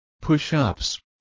Push-ups